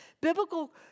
Biblical